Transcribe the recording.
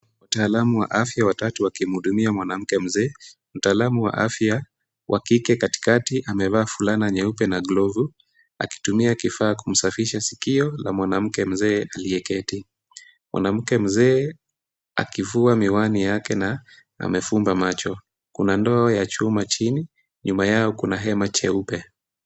Watalamu wa afya watatu wakimhudumia mwanamke mzee. Mtaalamu wa afya wa kike katikati amevaa fulana nyeupe na glovu, akitumia kifaa kumsafisha sikio la mwanamke mzee aliyeketi. Mwanamke mzee akivua miwani yake na amefumba macho. Kuna ndoo ya chuma chini, nyuma yao kuna hema cheupe.